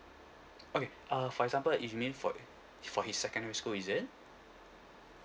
okay uh for example if you mean for for his secondary school is it